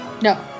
No